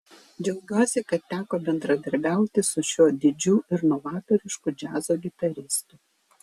džiaugiuosi kad teko bendradarbiauti su šiuo didžiu ir novatorišku džiazo gitaristu